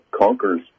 conquers